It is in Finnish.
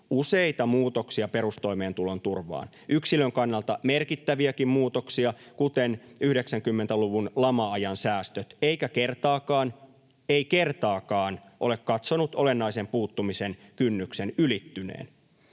useita muutoksia perustoimeentulon turvaan, yksilön kannalta merkittäviäkin muutoksia, kuten 90-luvun lama-ajan säästöt, eikä kertaakaan — ei kertaakaan — ole katsonut olennaisen puuttumisen kynnyksen ylittyneen.